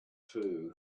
too